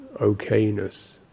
okayness